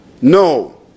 No